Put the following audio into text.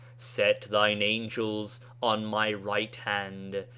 set thine angels on my right hand,